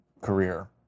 career